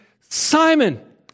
Simon